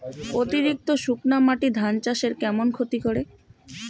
অতিরিক্ত শুকনা মাটি ধান চাষের কেমন ক্ষতি করে?